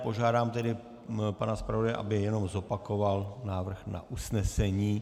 Požádám tedy pana zpravodaje, aby jenom zopakoval návrh na usnesení.